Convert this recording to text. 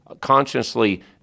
consciously